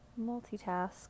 multitask